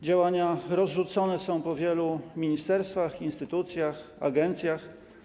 Działania rozrzucone są po wielu ministerstwach, instytucjach, agencjach.